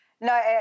No